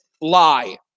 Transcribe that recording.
lie